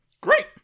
Great